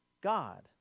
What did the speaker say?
God